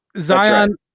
Zion